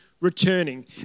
returning